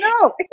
No